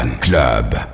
Club